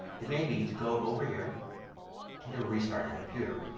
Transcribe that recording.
it maybe to go over here and to restart your computer.